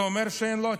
זה אומר שאין לו עתיד,